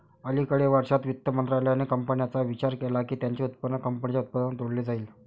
अलिकडे वर्षांत, वित्त मंत्रालयाने कंपन्यांचा विचार केला की त्यांचे उत्पन्न कंपनीच्या उत्पन्नात जोडले जाईल